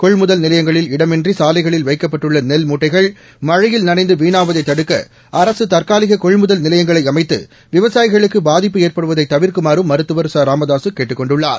கொள்முதல் நிலையங்களில் இடமின்றி சாலைகளில் வைக்கப்பட்டுள்ள நெல் மூட்டைகள் மழையில் நனைந்து வீணாவதை தடுக்க அரசு தற்காலிக கொள்முதல் நிலையங்களை அமைத்து விவசாயிகளுக்கு பாதிப்பு ஏற்படுவதை தவிர்க்குமாறும் மருத்துவர் ராமதாசு கேட்டுக் கொண்டுள்ளார்